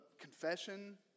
confession